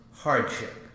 hardship